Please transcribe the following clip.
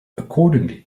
accordingly